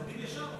עורך-דין ישר.